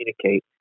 communicate